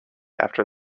after